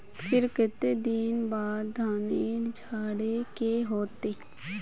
फिर केते दिन बाद धानेर झाड़े के होते?